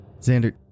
Xander